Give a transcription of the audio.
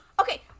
okay